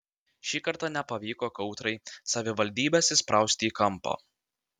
šį kartą nepavyko kautrai savivaldybės įsprausti į kampą